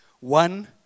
one